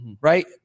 Right